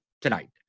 tonight